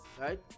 Right